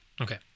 Okay